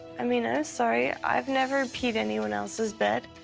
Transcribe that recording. i mean, i'm sorry, i've never peed anyone else's bed.